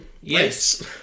Yes